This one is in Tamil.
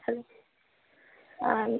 ஹலோ ஆ